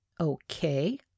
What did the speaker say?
Okay